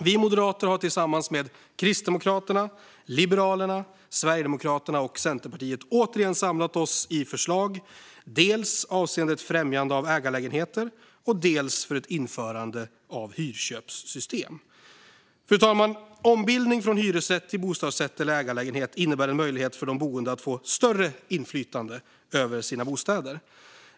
Vi moderater har tillsammans med Kristdemokraterna, Liberalerna, Sverigedemokraterna och Centerpartiet återigen samlat oss i förslag, dels avseende ett främjande av ägarlägenheter, dels för ett införande av hyrköpssystem. Fru talman! Ombildning från hyresrätt till bostadsrätt eller ägarlägenhet innebär en möjlighet för de boende att få större inflytande över sina bostäder.